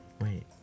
Wait